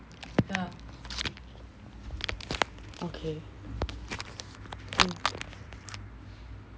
okay